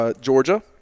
Georgia